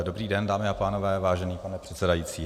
Dobrý den, dámy a pánové, vážený pane předsedající.